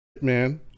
man